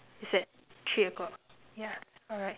it's at three o-clock yeah alright